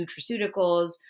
nutraceuticals